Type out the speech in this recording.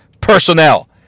personnel